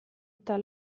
eta